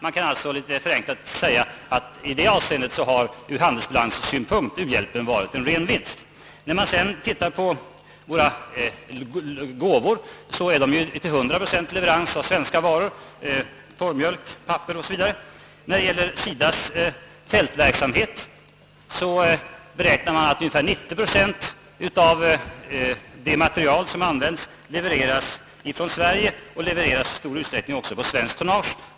Man kan alltså förenklat säga att i det avseendet har ur handelsbalanssynpunkt u-hjälpen varit en ren vinst. Våra gåvor utgörs vidare till hundra procent av leveranser av svenska varor — torrmjölk, papper o. s. v. När det gäller SIDA:s fältverksamhet beräknas att ungefär nittio procent av det material som används levereras från Sverige, och leveranserna sker i stor utsträckning med svenskt tonnage.